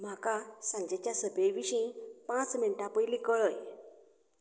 म्हाका सांजेच्या सभे विशीं पांच मिनटां पयलीं कळय